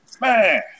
Man